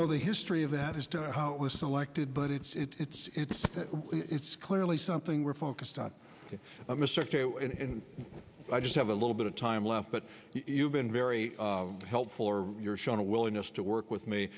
know the history of that as to how it was selected but it's it's it's clearly something we're focused on and i just have a little bit of time left but you've been very helpful or you're shown a willingness to work with me